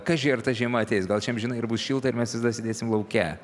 kaži ar ta žiema ateis gal čia amžinai ir bus šilta ir mes vis dar sėdėsim lauke